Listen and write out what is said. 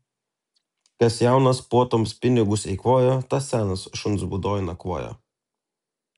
kas jaunas puotoms pinigus eikvojo tas senas šuns būdoj nakvoja